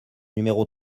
numéro